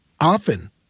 often